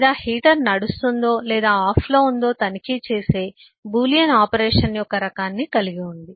లేదా హీటర్ నడుస్తుందో లేదా ఆఫ్లో ఉందో తనిఖీ చేసే బూలియన్ ఆపరేషన్ యొక్క రకాన్ని కలిగి ఉంది